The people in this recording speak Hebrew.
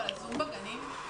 (הגבלת פעילות של מוסדות ללימוד חובה) (תיקון),